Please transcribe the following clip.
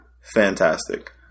fantastic